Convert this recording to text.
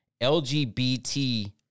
LGBT